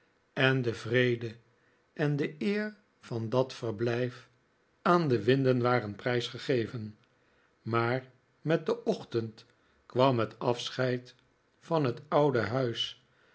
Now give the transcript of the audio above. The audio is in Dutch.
en de vrede en de eer van dat verblijf aan de winden waren prijsgegeven maar met den ochtend kwam het afscheid van het oude huis